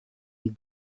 und